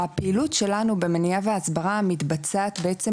הפעילות שלנו במניעה והסברה מתבצעת בעצם